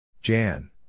Jan